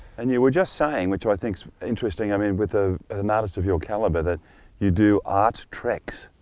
and you were just saying, which i thinks interesting, i mean with ah an artist of your caliber, that you do art treks.